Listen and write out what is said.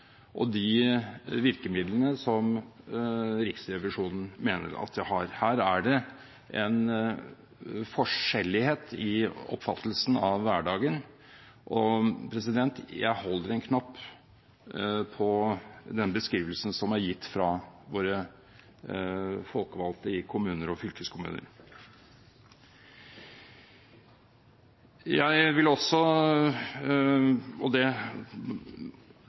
Riksrevisjonen mener at de har. Her er det en forskjellighet i oppfattelsen av hverdagen, og jeg holder en knapp på den beskrivelsen som er gitt av våre folkevalgte i kommuner og fylkeskommuner. Jeg vil også si – og det